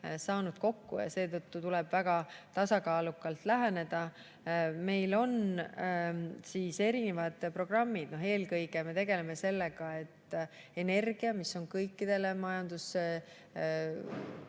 saanud kokku ja seetõttu tuleb väga tasakaalukalt läheneda. Meil on erinevad programmid. Eelkõige me tegeleme sellega, et energia, mis on kõikidele majandusosadele